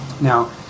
Now